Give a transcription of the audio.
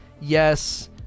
yes